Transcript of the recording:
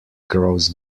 grows